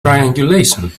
triangulation